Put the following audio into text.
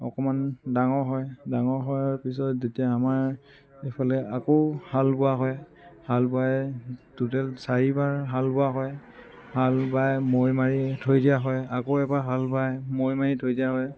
অকণমান ডাঙৰ হয় ডাঙৰ হোৱাৰ পিছত যেতিয়া আমাৰ এইফালে আকৌ হাল বোৱা হয় হাল বাই টোটেল চাৰিবাৰ হাল বোৱা হয় হাল বাই মৈ মাৰি থৈ দিয়া হয় আকৌ এবাৰ হাল বাই মৈ মাৰি থৈ দিয়া হয়